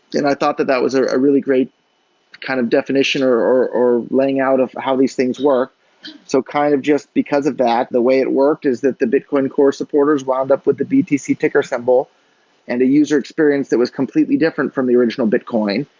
and i thought that that was a really great kind of definition, or or laying out of how these things work so kind of just because of that, the way it worked is that the bitcoin core supporters wound up with the btc ticker symbol and a user experience that was completely different from the original bitcoin.